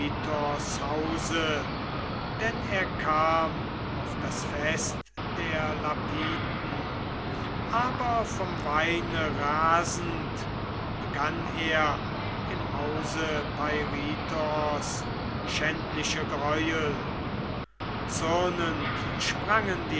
denn er kam auf das fest der lapithen aber vom weine rasend begann er im hause peirithoos schändliche greuel zürnend sprangen